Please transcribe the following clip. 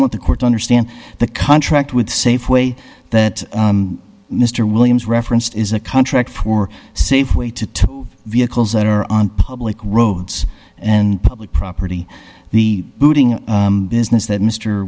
want the court to understand the contract with safeway that mr williams referenced is a contract for safeway to vehicles that are on public roads and public property the looting business that mr